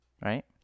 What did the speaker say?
Right